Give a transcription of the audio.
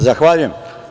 Zahvaljujem.